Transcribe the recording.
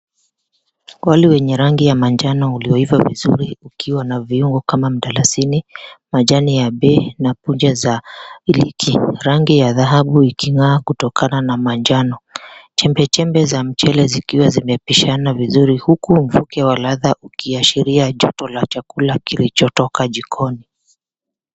Wali wenye rangi ya manjano uliyoiva vizuri ukiwa na viungo kama mdalasini, majani ya bay na punje za iliki. Rangi ya dhahabu iking'aa kutokana na manjano. Chembechembe za mchele zikiwa zimepishana vizuri huku mvuke wa ladha ukiaashiria joto la chakula kilichotoka jikoni.